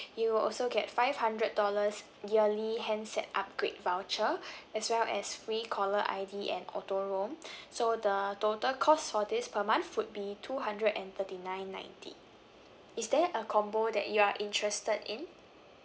you will also get five hundred dollars yearly handset upgrade voucher as well as free caller I_D and auto roam so the total cost for this per month would be two hundred and thirty nine ninety is there a combo that you are interested in